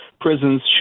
prisons